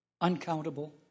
uncountable